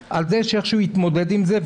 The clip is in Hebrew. איך הוא התמודד עם זה,